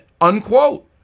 unquote